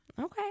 Okay